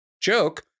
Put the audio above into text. joke